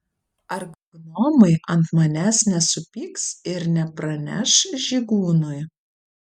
ar gnomai ant manęs nesupyks ir nepraneš žygūnui